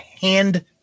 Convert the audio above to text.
hand